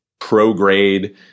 Pro-grade